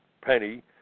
penny